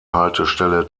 haltestelle